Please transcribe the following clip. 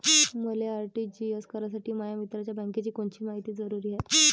मले आर.टी.जी.एस करासाठी माया मित्राच्या बँकेची कोनची मायती जरुरी हाय?